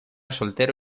soltero